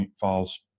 Falls